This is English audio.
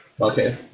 okay